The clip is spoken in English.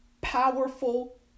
powerful